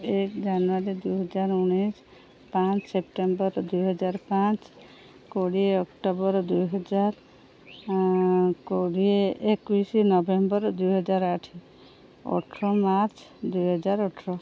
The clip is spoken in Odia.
ଏକ ଜାନୁଆରୀ ଦୁଇହଜାର ଉଣେଇଶି ପାଞ୍ଚ ସେପ୍ଟେମ୍ବର ଦୁଇ ହଜାର ପାଞ୍ଚ କୋଡ଼ିଏ ଅକ୍ଟୋବର ଦୁଇହଜାର କୋଡ଼ିଏ ଏକୋଇଶି ନଭେମ୍ବର ଦୁଇହଜାର ଆଠ ଅଠର ମାର୍ଚ୍ଚ ଦୁଇହଜାର ଅଠର